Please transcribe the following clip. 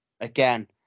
Again